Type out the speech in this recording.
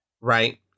right